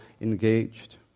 engaged